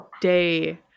day